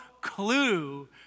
clue